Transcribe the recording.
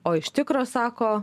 o iš tikro sako